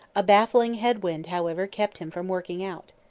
a baffling head-wind, however, kept him from working out.